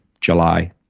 July